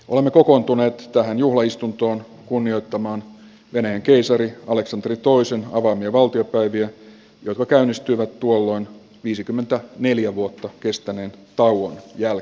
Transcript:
olemme kokoontuneet tähän juhlaistuntoon kunnioittamaan venäjän keisarin aleksanteri toisen avoimen valtiopäiviä jotka käynnistyivät tuolloin viisikymmentä neljä vuotta kestäneen tauon ja o